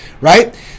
right